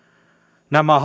nämä